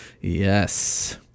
yes